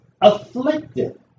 afflicted